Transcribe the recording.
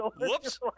Whoops